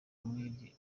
muri